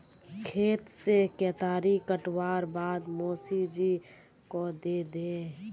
खेत से केतारी काटवार बाद मोसी जी को दे दे